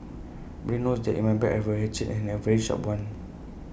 everybody knows that in my bag I have A hatchet and A very sharp one